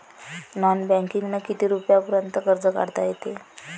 Non बँकिंगनं किती रुपयापर्यंत कर्ज काढता येते?